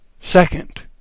Second